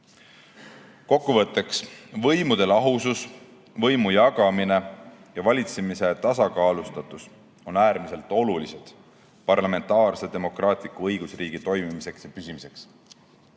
Kokkuvõtteks, võimude lahusus, võimu jagamine ja valitsemise tasakaalustatus on äärmiselt olulised parlamentaarse demokraatliku õigusriigi toimimiseks ja püsimiseks.